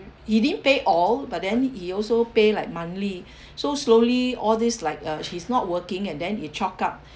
he didn't pay all but then he also pay like monthly so slowly all these like uh she's not working and then it chalk up